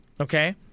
Okay